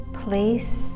place